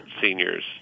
seniors